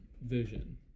vision